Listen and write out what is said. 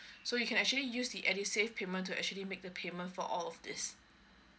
so you can actually use the edusave payment to actually make the payment for all of these